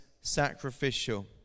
sacrificial